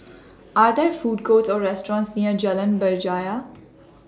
Are There Food Courts Or restaurants near Jalan Berjaya